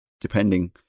Depending